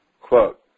quote